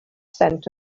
scent